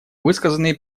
высказанные